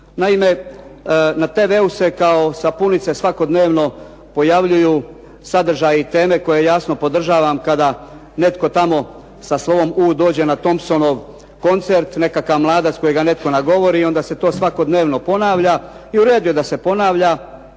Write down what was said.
Naime, na TV-u se kao sapunice svakodnevno pojavljuju sadržaji i teme koje jasno podržavam kada netko tamo sa slovom U dođe na Thompsonov koncert, nekakav mladac kojega netko nagovori i onda se to svakodnevno ponavlja i u redu je da se ponavlja